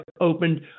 opened